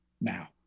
now